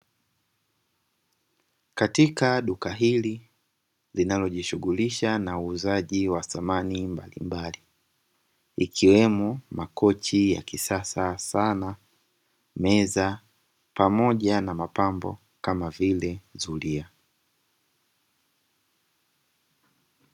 Katika duka hili linalojishughulisha na uuzaji wa samani mbalimbali, ikiwemo makochi ya kisasa sana meza pamoja na mapambo kama vile zulia.